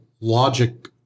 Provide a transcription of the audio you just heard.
logic